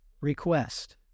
request